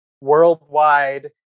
worldwide